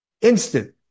instant